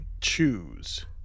choose